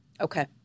okay